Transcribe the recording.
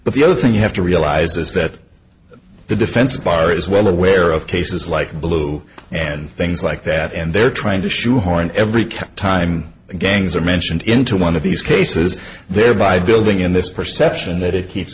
but the other thing you have to realize is that the defense bar is well aware of cases like blue and things like that and they're trying to shoehorn every time a gangster mentioned into one of these cases thereby building in this perception that it keeps